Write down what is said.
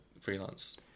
freelance